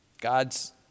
God's